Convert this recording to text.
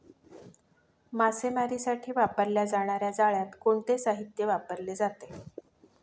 मासेमारीसाठी वापरल्या जाणार्या जाळ्यात कोणते साहित्य वापरले जाते?